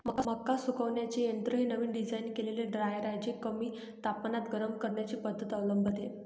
मका सुकवण्याचे यंत्र हे नवीन डिझाइन केलेले ड्रायर आहे जे कमी तापमानात गरम करण्याची पद्धत अवलंबते